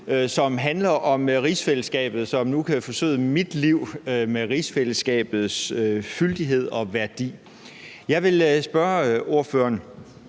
som handler om rigsfællesskabet, og som nu kan forsøde mit liv med rigsfællesskabets fyldighed og værdi. Jeg vil spørge ordføreren